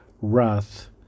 wrath